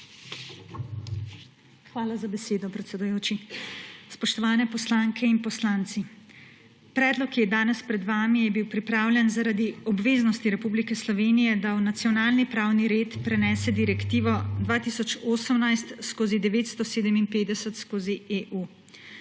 Hvala za besedo, predsedujoči. Spoštovani poslanke in poslanci! Predlog, ki je danes pred vami, je bil pripravljen zaradi obveznosti Republike Slovenije, da v nacionalni pravni red prenese Direktivo 2018/957/EU.